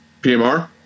PMR